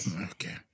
Okay